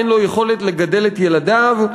אין לו יכולת לגדל את ילדיו.